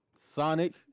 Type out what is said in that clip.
Sonic